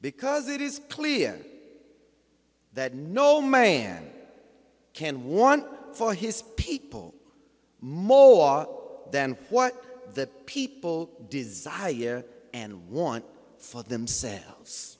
because it is clear that no man can want for his people more than what the people desire and want for themselves